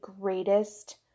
greatest